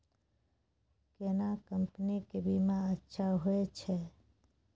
केना कंपनी के बीमा अच्छा होय छै?